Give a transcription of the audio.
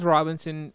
Robinson